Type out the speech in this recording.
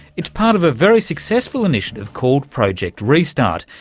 it's part of a very successful initiative called project restart,